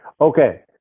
Okay